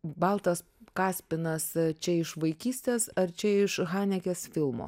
baltas kaspinas čia iš vaikystės ar čia iš haneges filmo